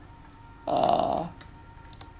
err